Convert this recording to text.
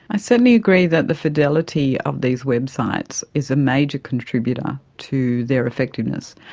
i certainly agree that the fidelity of these websites is a major contributor to their effectiveness.